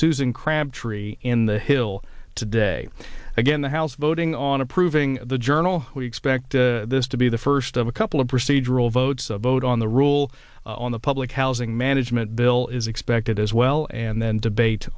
susan crabtree in the hill today again the house voting on on approving the journal we expect this to be the first of a couple of procedural votes a vote on the rule on the public housing management bill is expected as well and then debate